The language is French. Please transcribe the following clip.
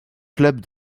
club